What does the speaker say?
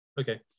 Okay